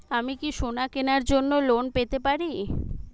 আমি কি সোনা কেনার জন্য লোন পেতে পারি?